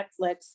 Netflix